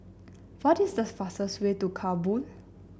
what is the fastest way to Kabul